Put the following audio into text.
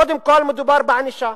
קודם כול, מדובר בענישה.